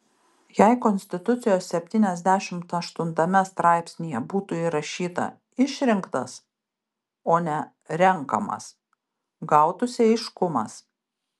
jei konstitucijos septyniasdešimt aštuntame straipsnyje būtų įrašyta išrinktas o ne renkamas gautųsi aiškumas